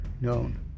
known